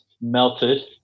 melted